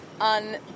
on